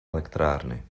elektrárny